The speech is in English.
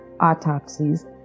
autopsies